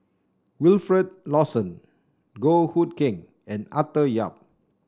Wilfed Lawson Goh Hood Keng and Arthur Yap